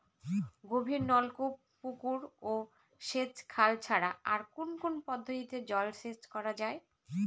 গভীরনলকূপ পুকুর ও সেচখাল ছাড়া আর কোন কোন পদ্ধতিতে জলসেচ করা যায়?